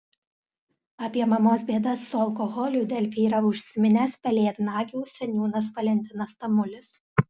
apie mamos bėdas su alkoholiu delfi yra užsiminęs pelėdnagių seniūnas valentinas tamulis